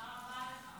תודה רבה לך.